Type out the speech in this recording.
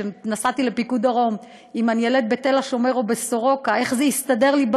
נסעתי לפיקוד דרום ולא ידעתי אם אני אלד